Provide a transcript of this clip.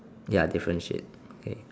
ya different shade okay